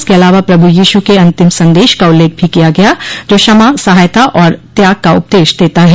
इसके अलावा प्रभु यीशु के अंतिम संदेश का उल्लेख भी किया गया जो क्षमा सहायता और त्याग का उपदेश देता है